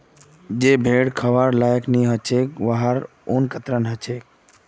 जे भेड़ खबार लायक नई ह छेक वहार ऊन कतरन ह छेक